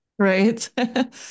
Right